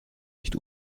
nicht